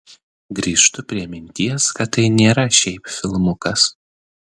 grįžtu prie minties kad tai nėra šiaip filmukas